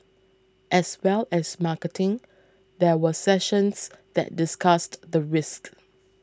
as well as marketing there were sessions that discussed the risks